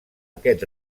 aquest